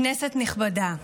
כנסת נכבדה,